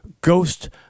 ghost